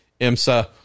IMSA